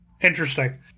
Interesting